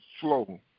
flow